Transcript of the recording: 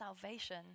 salvation